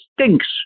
stinks